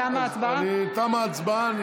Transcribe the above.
תמה ההצבעה.